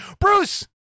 Bruce